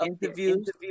interviews